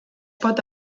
pot